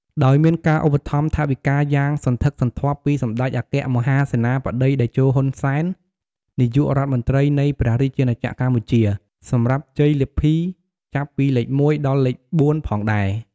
ដោយមានការឧបត្ថម្ភថវិកាយ៉ាងសន្ធឹកសន្ធាប់ពីសម្តេចអគ្គមហាសេនាបតីតេជោ ហ៊ុន សែន នាយករដ្ឋមន្ត្រីនៃព្រះរាជាណាចក្រកម្ពុជា សម្រាប់ជ័យលាភីចាប់ពីលេខ១ ដល់លេខ៤ផងដែរ។